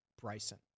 Bryson